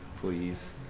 Please